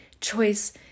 choice